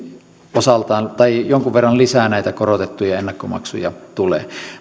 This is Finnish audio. jonkun verran lisää näitä korotettuja ennakkomaksuja tulee